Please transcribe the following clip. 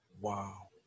Wow